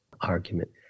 argument